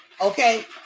okay